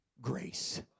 grace